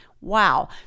wow